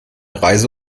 reise